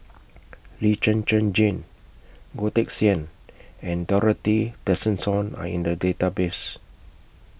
Lee Zhen Zhen Jane Goh Teck Sian and Dorothy Tessensohn Are in The Database